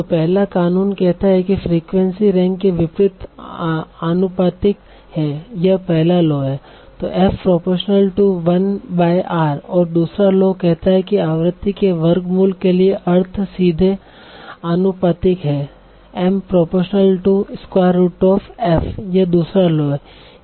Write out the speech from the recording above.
तो पहला कानून कहता है कि फ्रीक्वेंसी रैंक के विपरीत आनुपातिक है यह पहला लॉ है और दूसरा लॉ कहता है कि आवृत्ति के वर्गमूल के लिए अर्थ सीधे आनुपातिक हैं यह दूसरा लॉ है